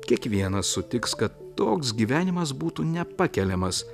kiekvienas sutiks kad toks gyvenimas būtų nepakeliamas